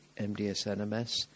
MDS-NMS